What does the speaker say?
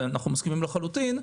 ואנחנו מסכימים לחלוטין.